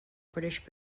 british